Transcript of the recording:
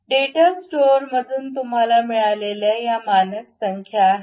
data स्टोअरमधून तुम्हाला मिळालेल्या या मानक संख्या आहेत